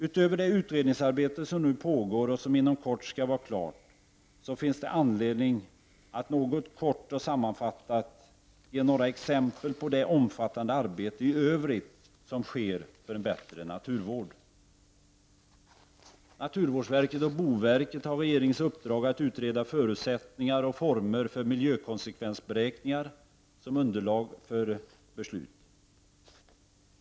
Utöver det utredningsarbete som nu pågår, och som inom kort skall vara klart, finns det anledning att kort och sammanfattat ge några exempel på det omfattande arbete som sker i övrigt för en bättre naturvård. Naturvårdsverket och boverket har regeringens uppdrag att utreda förutsättningar och former för miljökonsekvensberäkning som underlag för beslut.